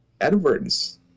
Edwards